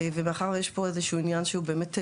ומאחר ויש פה איזשהו עניין שהוא באמת לאומי,